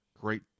great